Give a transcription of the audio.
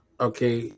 Okay